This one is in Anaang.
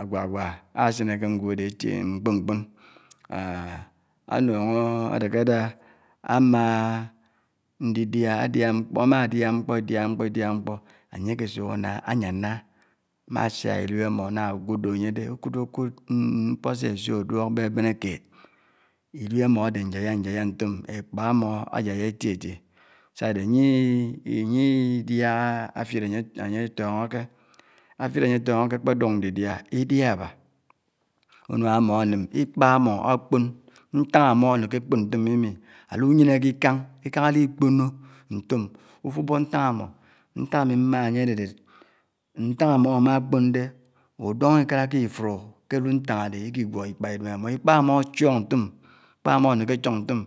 àwàwá ásinè kè mgwub ádé éti, mkpòn mkpòn añuñ ò ádákádá ámá ndidiá, ádiá mkpò, ámá dià mkpò. idià mkpò, idià mkpó ányé áké suk áná áyáná, má siák. idib ámo itáhá águòdtò ányé dè, ukuto’kud mkpó sé ásiò áduók bébèné kèd, idib ámò ádé nyáyá nyáyá ntòm, ékpá ámó áyaya èti èti sà ádé ányé, ányé idiáhá ámid ányé idiáhá ányè, ányè atòngòke, áfid ányé tóngòkè ákpé duk ndidia idiàhà ábá, unám ámó ánèm lkpá amó akpón, ntáng ámò ánèké ákpòn ntòmmi mi àlu, nyènkè ikáng, ikáng adi kpónnó ntom, ufukpò utáng ámò. ntàk ámi mmághá ányè ádède, ntáng ánó ámákpòn dé udòngò i furò kè ádu ntáng ádè ikigwó Ikpá idèm ámó ikpà ámò àchòng ntòm ikpà ámò ákèné achóng ntón,